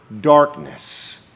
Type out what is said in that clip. darkness